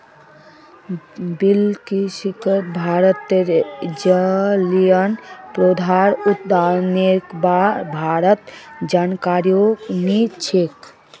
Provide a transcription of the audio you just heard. बिलकिसक भारतत जलिय पौधार उत्पादनेर बा र जानकारी नी छेक